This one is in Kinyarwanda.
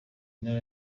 intara